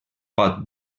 pot